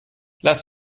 lass